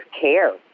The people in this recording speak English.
care